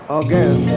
again